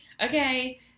Okay